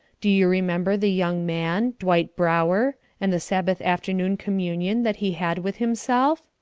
do you remember the young man, dwight brower, and the sabbath afternoon communion that he had with himself?